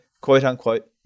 quote-unquote